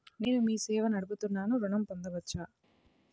నేను మీ సేవా నడుపుతున్నాను ఋణం పొందవచ్చా?